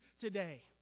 today